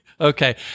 Okay